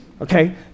Okay